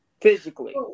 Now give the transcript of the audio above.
physically